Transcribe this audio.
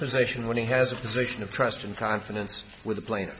position when he has a position of trust and confidence with the plane